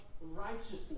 righteousness